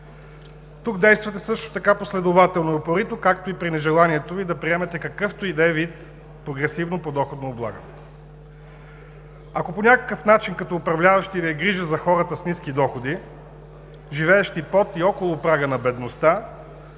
тук действате последователно и упорито, както и при нежеланието Ви да приемете в какъвто и да е вид прогресивно подоходно облагане. Ако по някакъв начин като управляващи Ви е грижа за хората с ниски доходи, живеещи под и около прага на бедността,